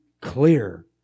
clear